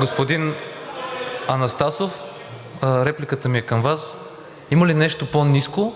Господин Анастасов, репликата ми е към Вас. Има ли нещо по-низко